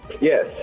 Yes